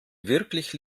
wirklich